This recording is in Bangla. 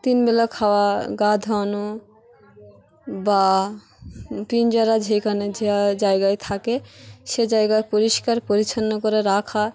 তিনবেলা খাওয়া গা ধোয়ানো বা তিন যারা যেখানে যে জায়গায় থাকে সে জায়গায় পরিষ্কার পরিচ্ছন্ন করে রাখা